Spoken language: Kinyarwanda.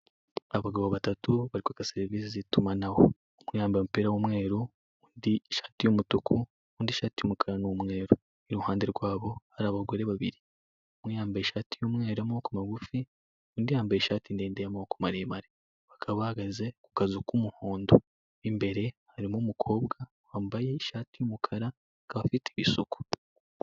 Abagabo ba tatu bari kwaka serivise z'itumanaho, umwe yambaye umupira w'umweru undi ishati y'umutuku undi ishati y'umukara n'umweru, iruhande rwabo hari abagore babiri, umwe yambaye ishati y'umweru y'amaboko magufi undi yambaye ishati ndende y'amaboko maremare, akaba ahagaze kukazu kumuhondo imbere harimo umukobwa akaba afite ibisuko.